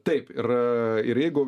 taip ir ir jeigu